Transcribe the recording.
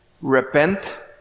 repent